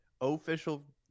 Official